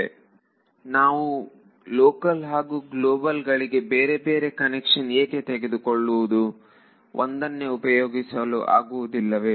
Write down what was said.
ವಿದ್ಯಾರ್ಥಿ ನಾವು ಲೋಕಲ್ ಹಾಗೂ ಗ್ಲೋಬಲ್ ಗಳಿಗೆ ಬೇರೆ ಬೇರೆ ಕನ್ವೆನ್ಷನ್ ಏಕೆ ತೆಗೆದುಕೊಳ್ಳುವುದು ಒಂದನ್ನೇ ಉಪಯೋಗಿಸಲು ಆಗುವುದಿಲ್ಲವೇ